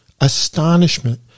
astonishment